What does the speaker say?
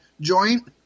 joint